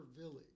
village